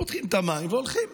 פותחים את המים והולכים.